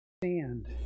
stand